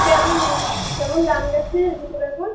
কেমন কেমন দাম যাচ্ছে জুতোর এখন